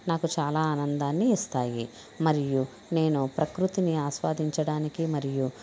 నాకు చాలా ఆనందాన్ని ఇస్తాయి మరియు నేను ప్రకృతిని ఆస్వాదించడానికి మరియు